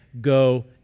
go